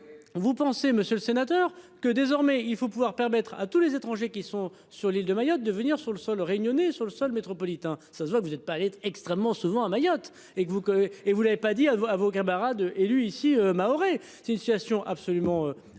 pensez monsieur le sénateur que désormais il faut pouvoir permettre à tous les étrangers qui sont sur l'île de Mayotte de venir sur le sol réunionnais sur le sol métropolitain, ça se voit que vous êtes pas être extrêmement vend à Mayotte et que vous et vous l'avez pas dit avant. À vos gains Ganbara deux élus ici mahorais. C'est une situation absolument incroyable